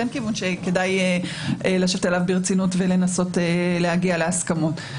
כן כיוון ששווה לשבת עליו ברצינות ולנסות להגיע להסכמות.